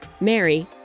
Mary